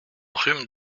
rhume